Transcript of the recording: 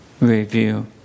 review